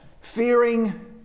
Fearing